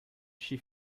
she